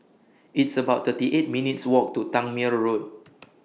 It's about thirty eight minutes' Walk to Tangmere Road